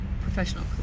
professional